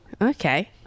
Okay